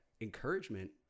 encouragement